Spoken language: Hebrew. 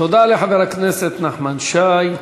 תודה לחבר הכנסת נחמן שי.